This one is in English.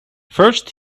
first